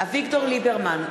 אביגדור ליברמן,